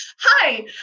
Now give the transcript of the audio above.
hi